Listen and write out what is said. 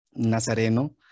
Nazareno